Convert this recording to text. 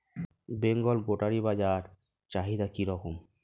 বেঙ্গল গোটারি বাজার চাহিদা কি রকম?